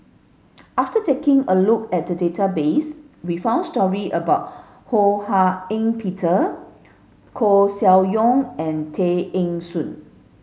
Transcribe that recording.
after taking a look at the database we found story about Ho Hak Ean Peter Koeh Sia Yong and Tay Eng Soon